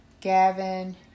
Gavin